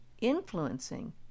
influencing